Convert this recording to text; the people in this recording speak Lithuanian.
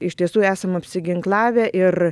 iš tiesų esam apsiginklavę ir